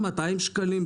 200 שקלים,